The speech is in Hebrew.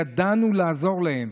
ידענו לעזור להם,